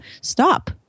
stop